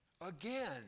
Again